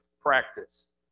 practice